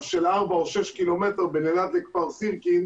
של ארבעה או שישה קילומטר בין אלעד לכפר סירקין.